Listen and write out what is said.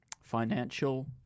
financial